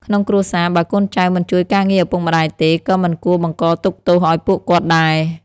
ក្នុងគ្រួសារ បើកូនចៅមិនជួយការងារឪពុកម្ដាយទេ ក៏មិនគួរបង្កទុក្ខទោសឱ្យពួកគាត់ដែរ។